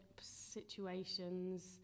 situations